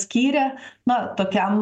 skyrę na tokiam